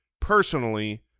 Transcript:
personally